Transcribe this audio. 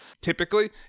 typically